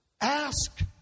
Ask